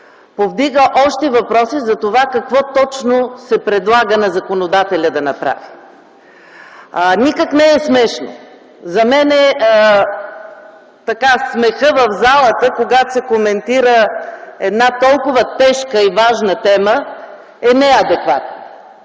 повдига още въпроси за това какво точно се предлага на законодателя да направи. (Оживление в залата.) Никак не е смешно. За мен смехът в залата, когато се коментира толкова тежка и важна тема, е неадекватен.